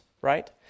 right